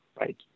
right